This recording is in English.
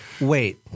Wait